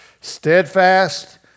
steadfast